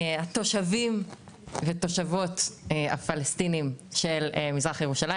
תושבים ותושבות הפלסטינים של מזרח ירושלים